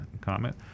comment